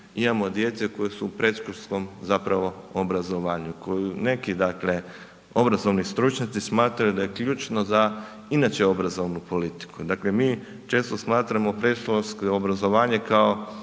imamo djece koje su u predškolskom zapravo obrazovanju, neki dakle obrazovni stručnjaci smatraju da je ključno inače za obrazovnu politiku. Dakle, mi često smatramo predškolsko obrazovanje,